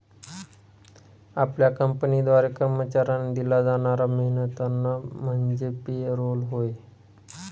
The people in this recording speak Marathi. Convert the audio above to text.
आपल्या कंपनीद्वारे कर्मचाऱ्यांना दिला जाणारा मेहनताना म्हणजे पे रोल होय